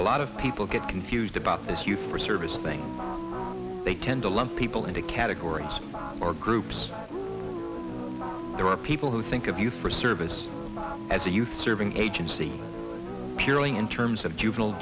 a lot of people get confused about this you for service thing they tend to lump people into categories or groups there are people who think of youth for service as a youth serving agency purely in terms of juvenile